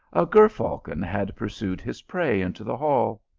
a ger-falcon had pursued his prey into the hall.